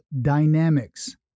dynamics